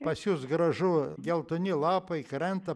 pas jus gražu geltoni lapai krenta